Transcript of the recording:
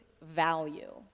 value